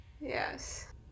Yes